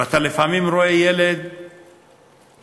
אתה לפעמים רואה ילד מופנם,